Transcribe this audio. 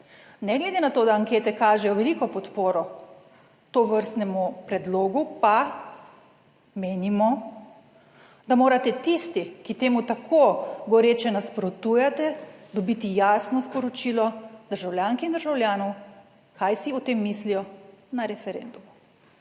ne glede na to, da ankete kažejo veliko podporo tovrstnemu predlogu pa menimo, da morate tisti, ki temu tako goreče nasprotujete, dobiti jasno sporočilo državljank in državljanov, kaj si o tem mislijo na referendumu.